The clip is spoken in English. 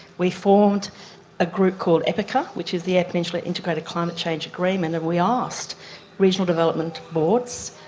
we formed a group called epicca, which is the eyre peninsula integrated climate change agreement, and we asked regional development boards,